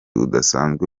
udasanzwe